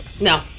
No